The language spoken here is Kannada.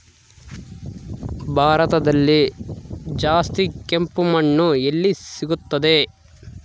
ಭಾರತದಲ್ಲಿ ಜಾಸ್ತಿ ಕೆಂಪು ಮಣ್ಣು ಎಲ್ಲಿ ಸಿಗುತ್ತದೆ?